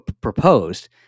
proposed